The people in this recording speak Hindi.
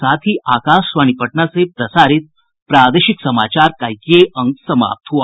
इसके साथ ही आकाशवाणी पटना से प्रसारित प्रादेशिक समाचार का ये अंक समाप्त हुआ